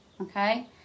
Okay